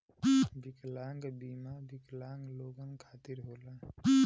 विकलांग बीमा विकलांग लोगन खतिर होला